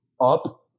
up